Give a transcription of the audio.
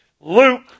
Luke